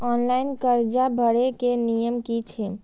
Online कर्जा भरे के नियम की छे?